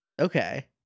okay